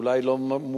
אולי לא מושלמת,